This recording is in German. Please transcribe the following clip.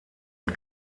und